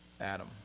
Adam